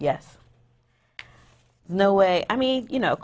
yes no way i mean you know